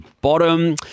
bottom